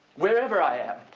wherever i am.